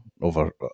over